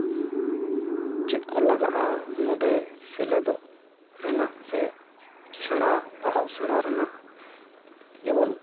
ᱪᱮᱫ ᱠᱚ ᱞᱟᱜᱟᱜᱼᱟ ᱱᱚᱸᱰᱮ ᱥᱮᱞᱮᱫᱚᱜ ᱨᱮᱱᱟᱜ ᱥᱮ ᱥᱮᱬᱟ ᱯᱟᱲᱦᱟᱣ ᱥᱮᱬᱟ ᱨᱮᱱᱟᱜ ᱡᱮᱢᱚᱱ